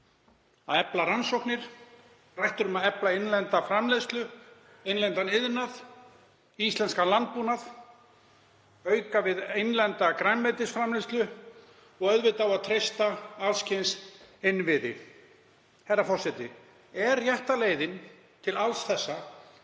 að efla rannsóknir, rætt er um að efla innlenda framleiðslu, innlendan iðnað, íslenskan landbúnað, auka við innlenda grænmetisframleiðslu og auðvitað á að treysta alls kyns innviði. Herra forseti. Er rétta leiðin til alls þessa